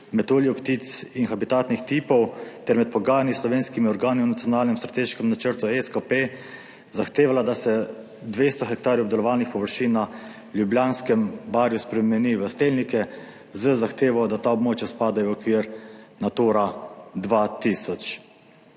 metuljev, ptic in habitatnih tipov ter med pogajanji s slovenskimi organi v nacionalnem strateškem načrtu SKP zahtevala, da se 200 hektarjev obdelovalnih površin na Ljubljanskem barju spremeni v stelnike z zahtevo, da ta območja spadajo v okvir Natura 2000?«